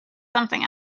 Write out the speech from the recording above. something